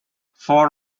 four